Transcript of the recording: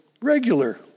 regular